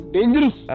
Dangerous